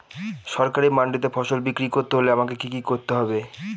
সরকারি মান্ডিতে ফসল বিক্রি করতে হলে আমাকে কি কি করতে হবে?